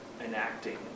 enacting